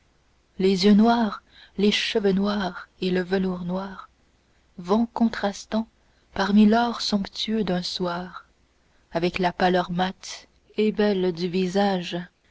les yeux noirs les cheveux noirs et le velours noir vont contrastant parmi l'or somptueux d'un soir avec la pâleur mate et belle du visage